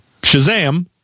Shazam